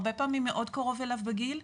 הרבה פעמים מאוד קרוב אליו בגיל,